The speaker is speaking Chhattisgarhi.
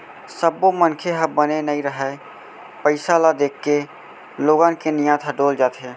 सब्बो मनखे ह बने नइ रहय, पइसा ल देखके लोगन के नियत ह डोल जाथे